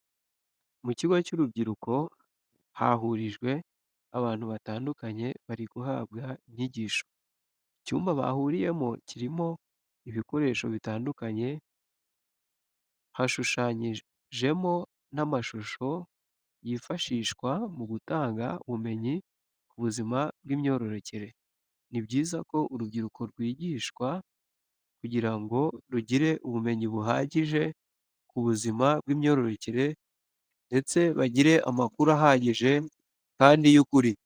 Mu kigo cy'urubyiruko hahurijwe abantu batandukanye bari guhabwa inyigisho, icyumba bahuriyemo kirimo ibikoresho bitandukanye, hushushanyijemo n'amashusho yifashihwa mu gutanga ubumenyi ku buzima bw'imyororokere. Ni byiza ko urubyiruko rwigishwa kugira ngo rugire ubumenyi buhagije ku buzima bw'imyororokere ndetse bagire amakuru ahagije kandi y'ukuri.